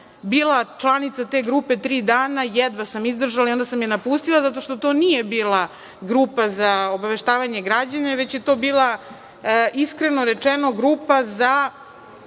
bila članica te grupe tri dana. Jedva sam izdržala i napustila sam je, zato što to nije bila grupa za obaveštavanje građana, već je to bila, iskreno rečeno, grupa za